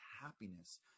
happiness